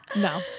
no